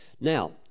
Now